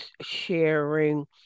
sharing